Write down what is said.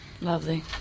Lovely